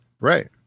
right